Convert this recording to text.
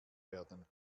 werden